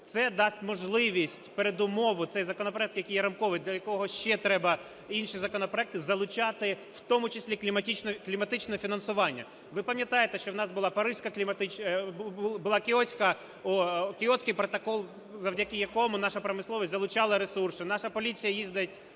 Це дасть можливість, передумову, цей законопроект, який є рамковий, до якого ще треба інші законопроекти залучати, в тому числі кліматичне фінансування. Ви пам'ятаєте, що у нас була паризька... була кіотська... Кіотський протокол, завдяки якому наша промисловість залучала ресурси, наша поліція їздить